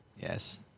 Yes